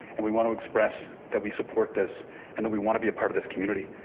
and we want to express that we support this and that we want to be a part of this community.